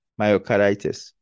myocarditis